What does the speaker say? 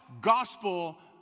gospel